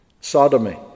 sodomy